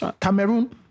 Cameroon